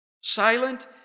Silent